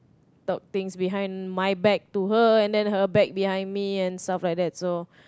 talk things behind my back to her and then her back behind me and stuff like that so